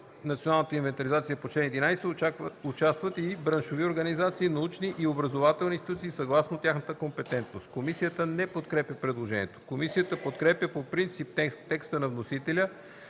националната инвентаризация по чл. 11 участват и браншови организации, научни и образователни институции съгласно тяхната компетентност.” Комисията не подкрепя предложението. Комисията подкрепя по принцип текста на вносителя